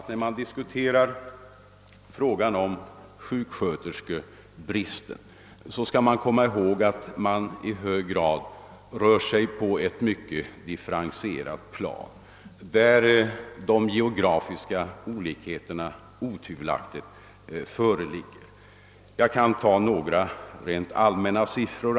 När man diskuterar frågan om sjuksköterskebristen skall man vidare hålla i minnet att man rör sig på ett i hög grad differentierat plan där geografiska olikheter otvivelaktigt föreligger. Jag kan anföra några rent allmänna siffror.